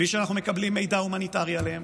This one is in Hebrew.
בלי שאנחנו מקבלים מידע הומניטרי עליהם,